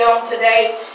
today